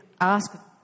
ask